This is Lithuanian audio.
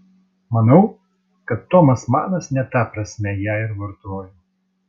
manau kad tomas manas ne ta prasme ją ir vartojo